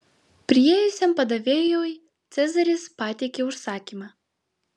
priėjusiam padavėjui cezaris pateikė užsakymą